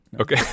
Okay